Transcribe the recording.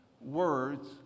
words